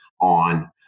on